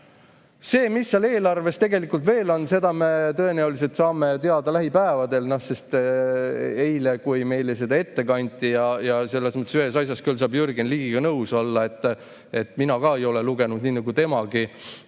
Seda, mis seal eelarves tegelikult veel on, me tõenäoliselt saame teada lähipäevil, sest eile, kui meile seda ette kanti – selles mõttes ühes asjas saab küll Jürgen Ligiga nõus olla: ka mina ei ole lugenud nii nagu temagi